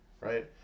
right